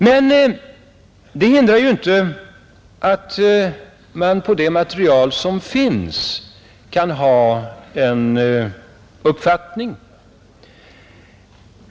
Men det hindrar inte att man på det material som finns kan ha en uppfattning.